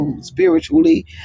spiritually